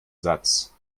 satz